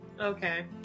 Okay